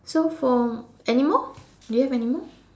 so from anymore do you have anymore